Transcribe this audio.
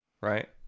right